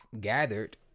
gathered